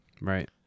Right